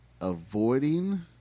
avoiding